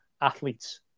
athletes